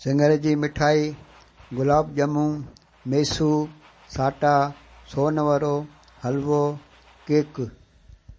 singer जी मिठाई गुलाब ॼमू मैसू साटा सोनवरो हलवो केक